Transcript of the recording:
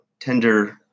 tender